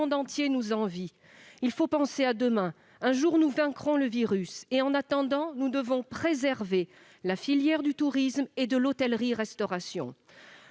entier nous envie. Il faut penser à demain. Un jour nous vaincrons ce virus ; en attendant, nous devons préserver la filière du tourisme et de l'hôtellerie-restauration.